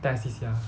test 一下